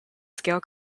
scale